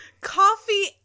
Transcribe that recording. Coffee